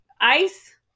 ice